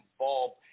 involved